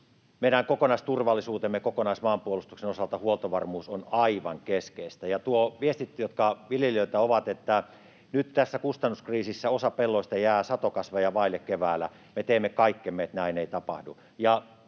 kokonaisturvallisuutemme ja kokonaismaanpuolustuksemme osalta huoltovarmuus on aivan keskeistä. Ja noista viesteistä, jotka viljelijöiltä tulevat, että nyt tässä kustannuskriisissä osa pelloista jää keväällä satokasveja vaille: Me teemme kaikkemme, että näin ei tapahdu,